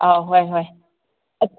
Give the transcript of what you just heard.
ꯑꯥꯎ ꯍꯣꯏ ꯍꯣꯏ